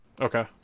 Okay